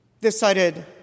decided